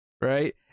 right